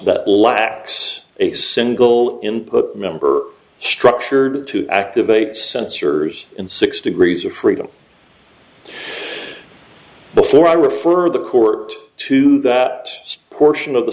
that lacks a single input member structure to activate sensors and six degrees of freedom before i refer the court to that portion of the